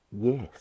yes